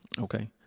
Okay